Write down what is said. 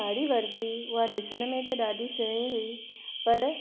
असां ज़िकरु कयूं था माउ जे ममता जी